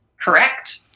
Correct